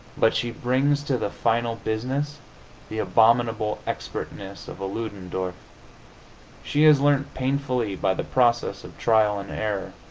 but she brings to the final business the abominable expertness of a ludendorff she has learnt painfully by the process of trial and error.